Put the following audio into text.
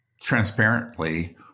transparently